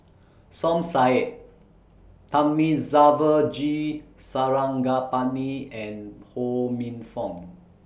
Som Said Thamizhavel G Sarangapani and Ho Minfong